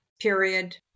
period